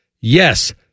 Yes